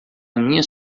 minhas